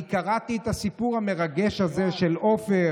אני קראתי את הסיפור המרגש הזה של עופר